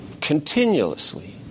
Continuously